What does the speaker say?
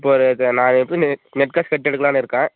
இப்போ நான் நெட் காசு கட்டி எடுக்கலான்னு இருக்கேன்